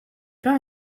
pas